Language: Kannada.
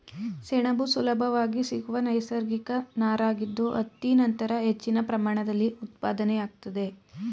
ಸೆಣಬು ಸುಲಭವಾಗಿ ಸಿಗುವ ನೈಸರ್ಗಿಕ ನಾರಾಗಿದ್ದು ಹತ್ತಿ ನಂತರ ಹೆಚ್ಚಿನ ಪ್ರಮಾಣದಲ್ಲಿ ಉತ್ಪಾದನೆಯಾಗ್ತದೆ